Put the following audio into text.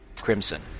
crimson